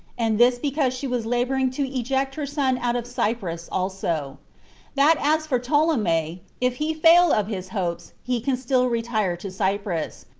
and this because she was laboring to eject her son out of cyprus also that as for ptolemy, if he fail of his hopes, he can still retire to cyprus,